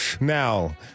Now